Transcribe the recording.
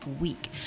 week